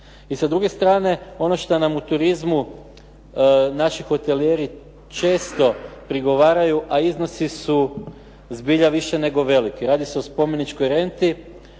i sa druge strane ono što nam u turizmu naši hotelijeri često prigovaraju a iznosi su zbilja više nego veliki. Radi se o spomeničkoj renti,